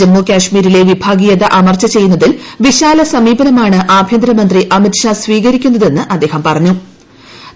ജമ്മുകാശ്മീരിലെ വിഭാഗീയത അമർച്ച ചെയ്യുന്നതിൽ വിശാല്പ്സ്മീപനമാണ് ആഭ്യന്തരമന്ത്രി അമിത്ഷാ സ്വീകരിക്കുന്നതെന്ന് അദ്ദേഹ്പ്പ്പ്പറഞ്ഞു